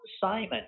Simon